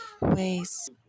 ways